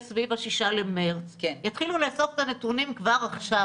סביב ה-6 במרס יתחילו לאסוף את הנתונים כבר עכשיו.